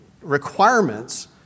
requirements